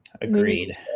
Agreed